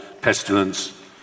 pestilence